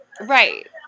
Right